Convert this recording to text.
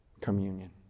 Communion